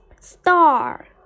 star